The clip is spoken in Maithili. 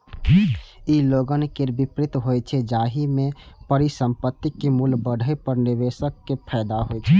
ई लॉन्ग केर विपरीत होइ छै, जाहि मे परिसंपत्तिक मूल्य बढ़ै पर निवेशक कें फायदा होइ छै